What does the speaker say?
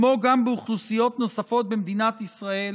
כמו גם באוכלוסיות נוספות במדינת ישראל